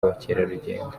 bakerarugendo